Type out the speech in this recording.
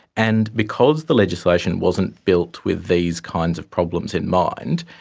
and because the legislation wasn't built with these kinds of problems in mind,